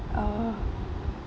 oh